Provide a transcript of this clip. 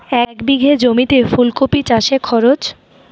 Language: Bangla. এক বিঘে জমিতে ফুলকপি চাষে খরচ?